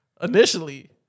Initially